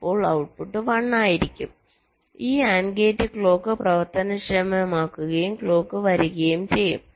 അപ്പോൾ ഔട്ട്പുട്ട് 1 ആയിരിക്കും ഈ AND ഗേറ്റ് ക്ലോക്ക് പ്രവർത്തനക്ഷമമാക്കുകയും ക്ലോക്ക് വരികയും ചെയ്യും